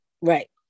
Right